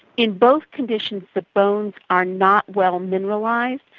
in both conditions the bones are not well mineralised,